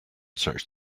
such